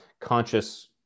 conscious